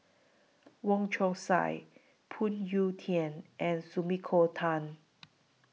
Wong Chong Sai Phoon Yew Tien and Sumiko Tan